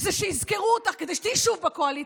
זה שיזכרו אותך כדי שתהיי שוב בקואליציה,